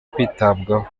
kwitabwaho